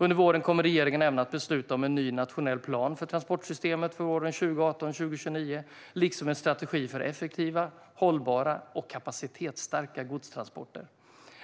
Under våren kommer regeringen även att besluta om en ny nationell plan för transportsystemet för åren 2018-2029 liksom en strategi för effektiva, hållbara och kapacitetsstarka godstransporter.